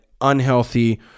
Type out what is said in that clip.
unhealthy